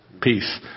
peace